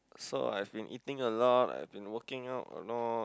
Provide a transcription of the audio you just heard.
so I've been eating a lot I've been working out a lot